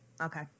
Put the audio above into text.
Okay